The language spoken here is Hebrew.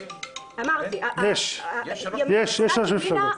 יש שלוש מפלגות.